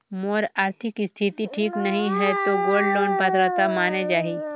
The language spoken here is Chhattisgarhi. मोर आरथिक स्थिति ठीक नहीं है तो गोल्ड लोन पात्रता माने जाहि?